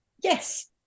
yes